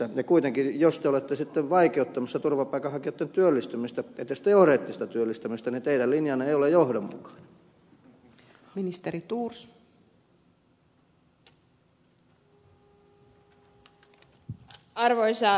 jos te kuitenkin olette sitten vaikeuttamassa turvapaikanhakijoitten työllistymistä edes teoreettista työllistymistä niin teidän linjanne ei ole johdonmukainen